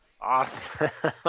Awesome